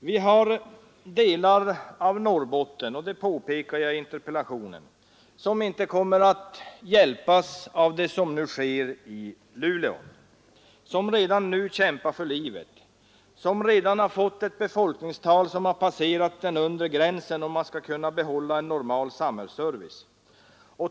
Vi har delar av Norrbotten — det påpekar jag i interpellationen — som inte kommer att hjälpas av det som nu sker i Luleå, som redan nu kämpar för livet, som redan har fått ett befolkningstal som har passerat den undre gränsen för att kunna behålla en normal samhällsservice.